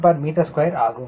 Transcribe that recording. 8 kgm2 ஆகும்